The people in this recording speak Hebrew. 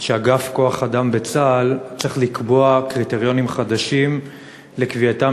שאגף כוח-אדם בצה"ל צריך לקבוע קריטריונים חדשים לקביעתם